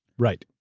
right.